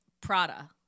Prada